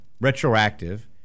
retroactive